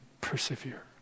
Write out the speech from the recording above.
persevere